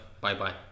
Bye-bye